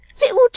little